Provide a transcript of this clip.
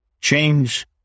change